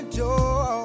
door